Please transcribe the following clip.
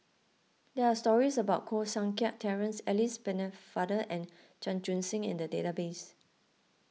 there are stories about Koh Seng Kiat Terence Alice Pennefather and Chan Chun Sing in the database